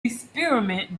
experiment